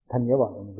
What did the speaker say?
ధన్యవాదములు